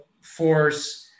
force